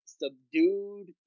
subdued